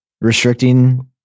restricting